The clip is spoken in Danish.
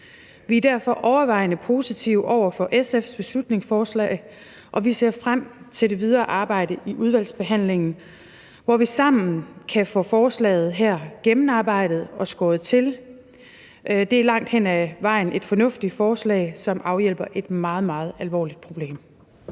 Vi er derfor overvejende positive over for SF's beslutningsforslag, og vi ser frem til det videre arbejde i udvalgsbehandlingen, hvor vi sammen kan få forslaget her gennemarbejdet og skåret til. Det er langt hen ad vejen et fornuftigt forslag, som afhjælper et meget, meget alvorligt problem.